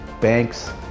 banks